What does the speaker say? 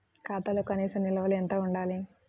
ఖాతాలో కనీస నిల్వ ఎంత ఉండాలి?